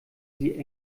sie